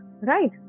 right